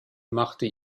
machte